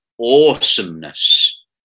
awesomeness